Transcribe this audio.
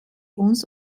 uns